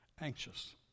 anxious